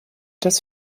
das